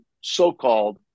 so-called